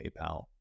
paypal